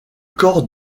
corps